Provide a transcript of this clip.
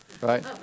right